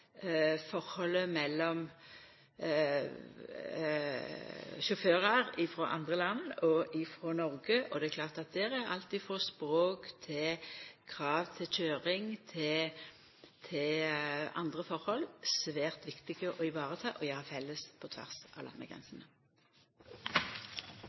forholdet mellom sjåførar frå andre land og frå Noreg. Det er klart at der er alt frå språk til krav til køyring og andre forhold svært viktige å vareta og ha felles på tvers av